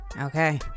okay